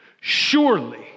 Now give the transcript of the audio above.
Surely